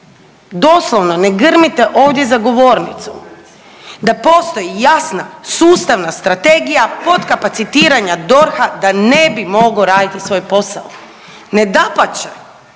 doslovno ne grmite ovdje za govornicom da postoji jasna, sustavna strategija potkapacitiranja DORH-a da ne bi mogao raditi svoj posao. Ne, dapače,